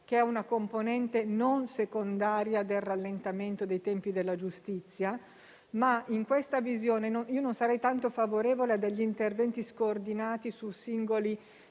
che è una componente non secondaria del rallentamento dei tempi della giustizia. In questa visione non sarei tanto favorevole a interventi scoordinati su singole